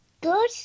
Good